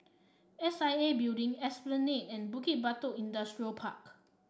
S I A Building Esplanade and Bukit Batok Industrial Park